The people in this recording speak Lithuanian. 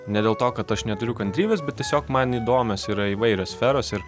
ne dėl to kad aš neturiu kantrybės bet tiesiog man įdomios yra įvairios sferos ir